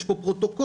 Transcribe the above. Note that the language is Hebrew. יש כאן פרוטוקול.